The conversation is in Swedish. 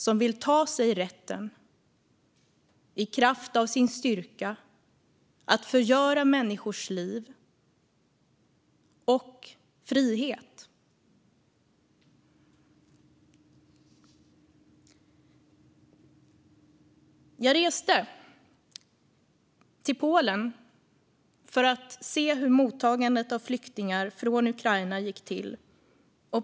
Det vill ta sig rätten att i kraft av sin styrka att förgöra människors liv och frihet. Jag reste till Polen för att se hur mottagandet av flyktingar från Ukraina gick till.